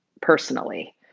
personally